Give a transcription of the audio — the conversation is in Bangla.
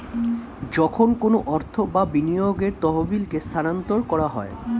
যখন কোনো অর্থ বা বিনিয়োগের তহবিলকে স্থানান্তর করা হয়